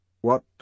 What